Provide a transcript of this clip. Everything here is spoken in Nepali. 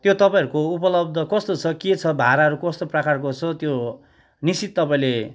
त्यो तपाईँहरूको उपलब्ध कस्तो छ के छ भाडाहरू कस्तो प्रकारको छ त्यो निश्चित तपाईँले